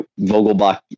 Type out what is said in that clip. Vogelbach